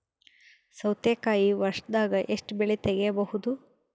ಸೌತಿಕಾಯಿ ವರ್ಷದಾಗ್ ಎಷ್ಟ್ ಬೆಳೆ ತೆಗೆಯಬಹುದು?